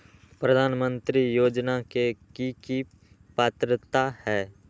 प्रधानमंत्री योजना के की की पात्रता है?